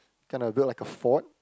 kind of built like a fort